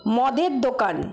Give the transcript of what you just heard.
মদের দোকান